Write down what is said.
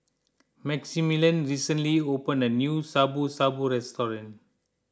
Maximilian recently opened a new Shabu Shabu restaurant